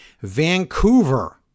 Vancouver